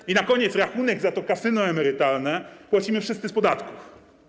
I na koniec rachunek za to kasyno emerytalne płacimy wszyscy z podatków.